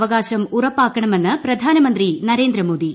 അവകാശം ഉറപ്പാക്കണമെന്ന് പ്രധാനമന്ത്രി നരേന്ദ്രമോദി